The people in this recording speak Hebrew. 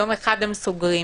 יום אחד הם סוגרים,